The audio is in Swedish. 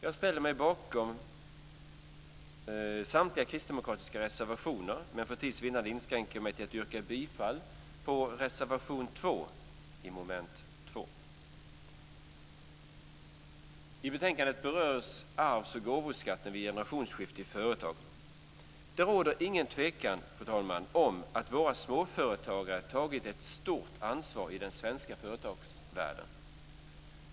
Jag ställer mig bakom samtliga kristdemokratiska reservationer, men för tids vinnande inskränker jag mig till att yrka bifall till reservation 2 under mom. 2. I betänkandet berörs arvs och gåvoskatten vid generationsskifte i företag. Det råder ingen tvekan, fru talman, om att våra småföretagare tagit ett stort ansvar i den svenska företagsvärlden.